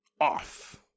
off